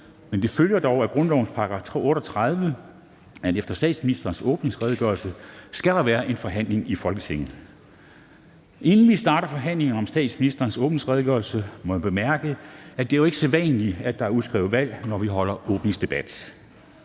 Men det følger dog af grundlovens § 38, at efter statsministerens åbningsredegørelse skal der være en forhandling i Folketinget. Inden vi starter forhandlingen om statsministerens åbningsredegørelse, må jeg bemærke, at det jo ikke er sædvanligt, at der er udskrevet valg, når vi holder åbningsdebat.